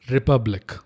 Republic